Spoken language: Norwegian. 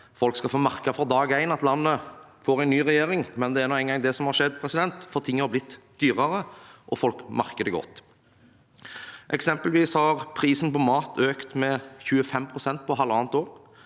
folk skal få merke fra dag én at landet får en ny regjering, men det er nå engang det som har skjedd, for ting har blitt dyrere, og folk merker det godt. Eksempelvis har prisen på mat økt med 25 pst. på halvannet år,